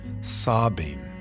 sobbing